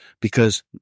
because-